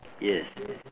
yes